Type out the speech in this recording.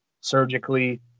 surgically